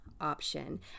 option